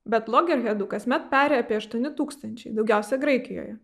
bet logerhedų kasmet peri apie aštuoni tūkstančiai daugiausia graikijoje